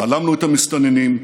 בלמנו את המסתננים,